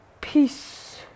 Peace